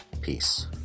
Peace